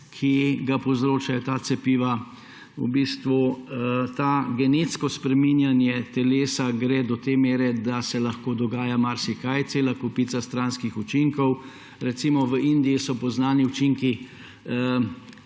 ki ga povzročajo ta cepiva. Genetsko spreminjanje telesa gre do te mere, da se lahko dogaja marsikaj, cela kopica stranskih učinkov. Recimo v Indiji so poznani učinki,